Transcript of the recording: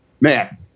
man –